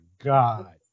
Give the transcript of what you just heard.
God